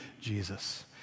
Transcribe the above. Jesus